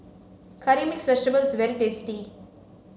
curry mixed vegetable is very tasty